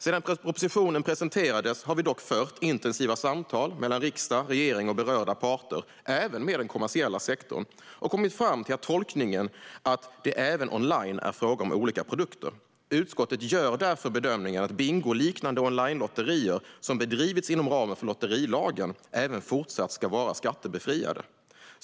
Sedan propositionen presenterades har vi dock fört intensiva samtal mellan riksdag, regering och berörda parter, även den kommersiella sektorn, och kommit fram till tolkningen att det även online är fråga om olika produkter. Utskottet gör därför bedömningen att bingoliknande onlinelotterier som bedrivits inom ramen för lotterilagen även fortsättningsvis ska vara skattebefriade.